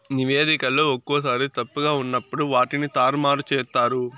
నివేదికలో ఒక్కోసారి తప్పుగా ఉన్నప్పుడు వాటిని తారుమారు చేత్తారు